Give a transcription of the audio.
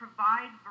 Provide